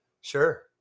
Sure